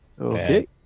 Okay